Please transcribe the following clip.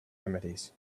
remedies